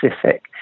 specific